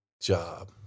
job